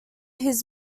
his